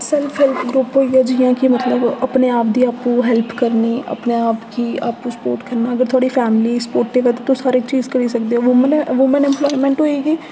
self help group होई गे जि'यां कि मतलब अपने आप दी आपूं हैल्प करनी अपने आप गी आपूं सपोर्ट करना अगर थुआढ़ी फैमिली सपोर्टिव ऐ ते तुस हर चीज करी सकदे ओ वुमन वुमन इम्पलायमेंट होई कि